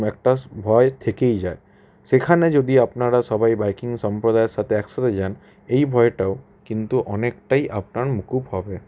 একটা ভয় থেকেই যায় সেখানে যদি আপনারা সবাই বাইকিং সম্প্রদায়ের সাথে এক সাথে যান এই ভয়টাও কিন্তু অনেকটাই আপনার মকুব হবে